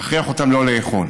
נכריח אותם לא לאכול.